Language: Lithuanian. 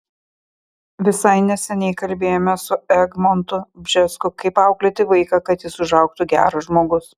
visai neseniai kalbėjome su egmontu bžesku kaip auklėti vaiką kad jis užaugtų geras žmogus